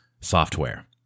software